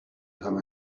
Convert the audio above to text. time